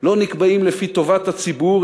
לא נקבעים לפי טובת הציבור,